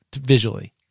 visually